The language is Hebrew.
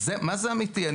מה זה אמיתי?